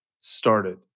started